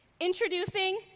introducing